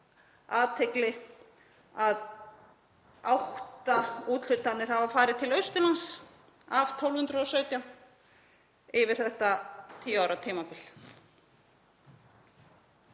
athygli. Átta úthlutanir hafa farið til Austurlands af 1.217 yfir þetta tíu ára tímabil.